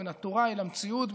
בין התורה אל המציאות,